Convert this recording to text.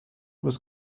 was